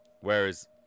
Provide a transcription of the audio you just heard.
Whereas